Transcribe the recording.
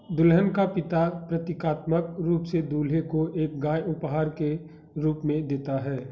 दुल्हन का पिता प्रतीकात्मक रूप से दूल्हे को एक गाय उपहार के रूप में देता है